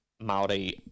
Maori